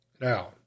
now